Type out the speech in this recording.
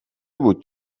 بود